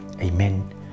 Amen